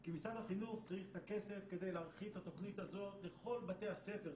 כי משרד החינוך צריך את הכסף כדי להרחיב את התוכנית הזאת לכל בתי הספר.